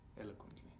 eloquently